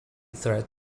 threat